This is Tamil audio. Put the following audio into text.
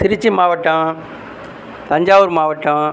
திருச்சி மாவட்டம் தஞ்சாவூர் மாவட்டம்